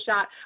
shot